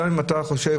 גם אם אתה חושב,